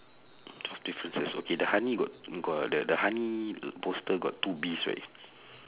two differences okay the honey got got the the honey poster got two bees right